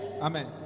Amen